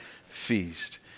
feast